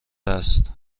است